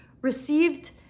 received